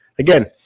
Again